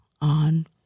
on